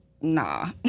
nah